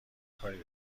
کاری